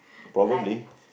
probably